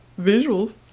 Visuals